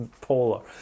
polar